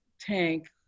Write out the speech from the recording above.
tank